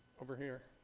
over here.